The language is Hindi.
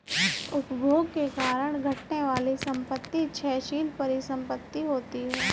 उपभोग के कारण घटने वाली संपत्ति क्षयशील परिसंपत्ति होती हैं